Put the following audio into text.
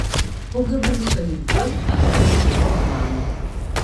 po gabaliuką lipdžiau ir sulipdžiau romaną